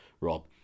Rob